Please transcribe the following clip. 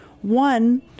One